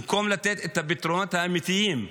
במקום לתת את הפתרונות האמיתיים,